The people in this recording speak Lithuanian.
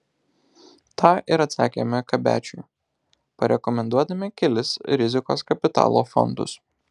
tą ir atsakėme kabečiui parekomenduodami kelis rizikos kapitalo fondus